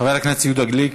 חבר הכנסת יהודה גליק.